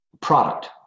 product